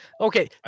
Okay